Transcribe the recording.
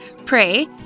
Pray